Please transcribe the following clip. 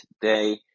today